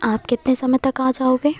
आप कितने समय तक आ जाओगे